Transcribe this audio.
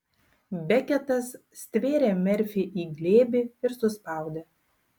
beketas stvėrė merfį į glėbį ir suspaudė